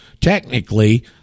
Technically